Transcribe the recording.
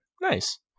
Nice